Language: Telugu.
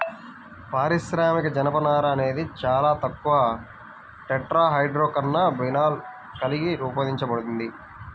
పారిశ్రామిక జనపనార అనేది చాలా తక్కువ టెట్రాహైడ్రోకాన్నబినాల్ కలిగి రూపొందించబడింది